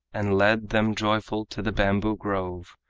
and led them joyful to the bamboo-grove,